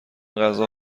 غذا